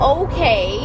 okay